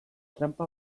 tranpa